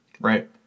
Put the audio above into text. Right